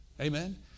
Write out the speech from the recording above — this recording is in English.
Amen